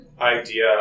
idea